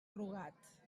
rugat